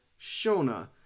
Shona